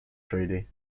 treaty